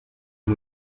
est